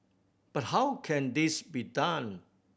but how can this be done